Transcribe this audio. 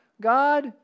God